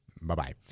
Bye-bye